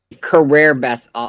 career-best